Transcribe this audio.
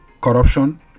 corruption